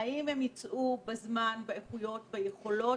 האם הם ייצאו בזמן, ביכולות,